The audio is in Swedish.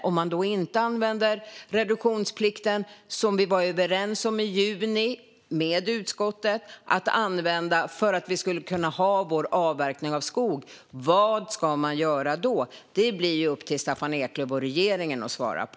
I juni var vi överens i utskottet om att använda reduktionsplikten för att vi skulle kunna ha vår avverkning av skog. Om man inte använder reduktionsplikten - vad ska man göra då? Det blir upp till Staffan Eklöf och regeringen att svara på.